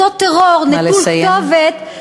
אותו טרור נטול כתובת, נא לסיים.